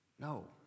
No